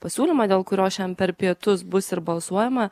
pasiūlymą dėl kurio šian per pietus bus ir balsuojama